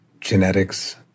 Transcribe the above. Genetics